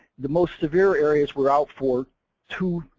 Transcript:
the most severe areas were out for two,